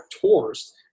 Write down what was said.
tours